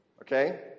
okay